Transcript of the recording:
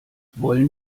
wollen